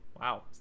wow